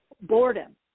boredom